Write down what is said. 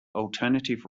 alternative